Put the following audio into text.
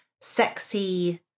sexy